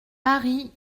paris